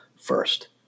first